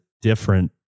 different